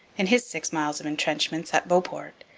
in his six miles of entrenchments at beauport,